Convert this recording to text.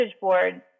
board